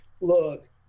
look